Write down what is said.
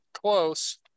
Close